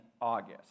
August